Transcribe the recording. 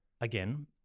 Again